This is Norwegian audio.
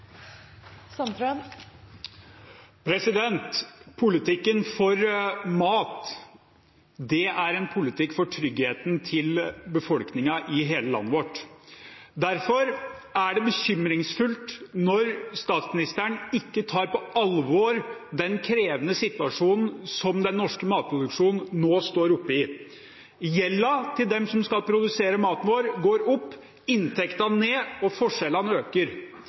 en politikk for tryggheten til befolkningen i hele landet vårt. Derfor er det bekymringsfullt når statsministeren ikke tar på alvor den krevende situasjonen som den norske matproduksjonen nå står oppe i. Gjelden til dem som skal produsere maten vår, går opp, inntekten går ned, og forskjellene øker.